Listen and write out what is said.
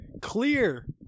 Clear